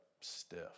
stiff